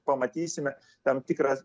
pamatysime tam tikras